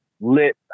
lit